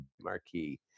marquee